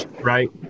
right